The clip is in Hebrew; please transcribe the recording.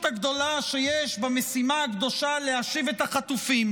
הגדולה שיש במשימה הקדושה של להשיב את החטופים,